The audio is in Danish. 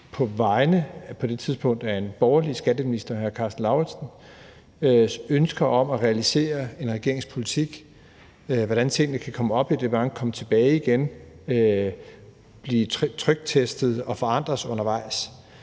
tidspunkt borgerlig – skatteministers, hr. Karsten Lauritzens, ønsker om at realisere en regerings politik, og hvordan tingene kan komme op i departementet og komme tilbage igen, blive tryktestet og forandret undervejs.